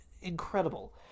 incredible